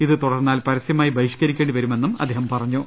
ഇത് തു ടർന്നാൽ പരസ്യമായി ബഹിഷ്ക്കരിക്കേണ്ടി വരുമെന്നും അദ്ദേഹം അറി യിച്ചു